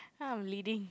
I'm leading